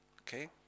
Okay